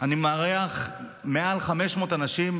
אני מארח מעל 500 אנשים,